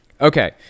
Okay